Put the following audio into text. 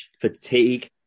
fatigue